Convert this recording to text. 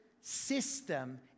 system